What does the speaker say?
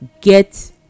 get